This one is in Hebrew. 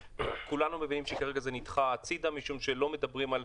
כולנו מבינים שכרגע זה נדחה הצידה מכיוון שלא מדברים,